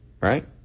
right